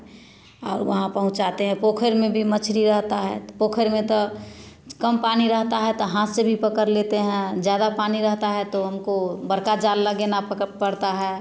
और वहाँ पहुँचाते है पोखइर में भी मछरी रहता है तो पोखइर में तो कम पानी रहता है तो हाँथ से भी पकड़ लेते हैं ज़्यादा पानी रहता है तो हमको बड़का जाल लगना पड़ता है